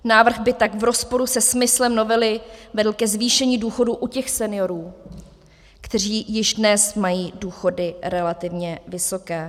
Návrh by tak v rozporu se smyslem novely vedl ke zvýšení důchodu u těch seniorů, kteří již dnes mají důchody relativně vysoké.